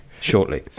shortly